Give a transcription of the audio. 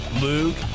Luke